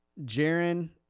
Jaron